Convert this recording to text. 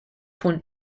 von